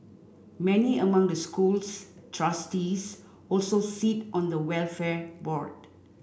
many among the school's trustees also sit on the welfare board